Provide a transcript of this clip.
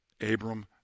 Abram